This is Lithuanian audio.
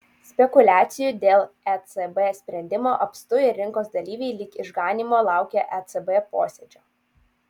spekuliacijų dėl ecb sprendimo apstu ir rinkos dalyviai lyg išganymo laukia ecb posėdžio